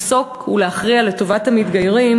לפסוק ולהכריע לטובת המתגיירים.